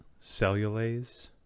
Cellulase